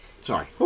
sorry